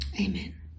Amen